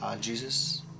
Jesus